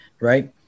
right